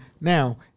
now